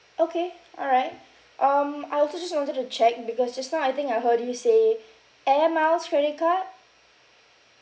okay all right um I also just wanted to check because just now I think I heard you say air miles credit card